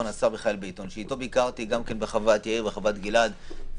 - אתו ביקרתי בחוות יאיר ובחוות גלעד,